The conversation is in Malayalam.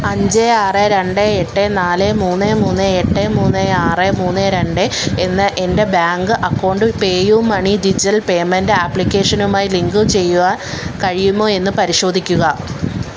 അഞ്ച് ആറ് രണ്ട് എട്ട് നാല് മൂന്ന് മൂന്ന് എട്ട് മൂന്ന് ആറ് മൂന്ന് രണ്ട് എന്ന എൻ്റെ bank account PayU money digital payment ആപ്ലിക്കേഷനുമായി ലിങ്ക് ചെയ്യാൻ കഴിയുമോ എന്ന് പരിശോധിക്കുക